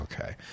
Okay